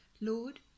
Lord